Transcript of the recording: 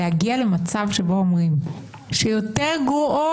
להגיע למצב של אמירה לפיה יותר גרועות